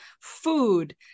food